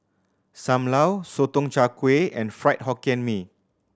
Sam Lau Sotong Char Kway and Fried Hokkien Mee